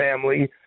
family